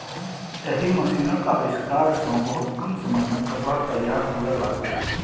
एहि मशीनक आविष्कार सं बहुत कम समय मे कपड़ा तैयार हुअय लागलै